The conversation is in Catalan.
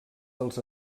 dels